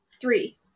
Three